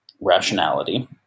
rationality